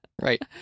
Right